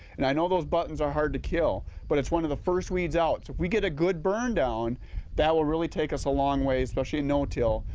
and i know those buttons are hard to kill but it's one of the first weeds out so get a good burn down that will really take us a long ways, especially in no till,